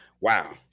Wow